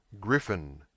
Griffin